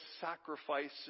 sacrifices